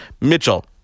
Mitchell